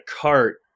cart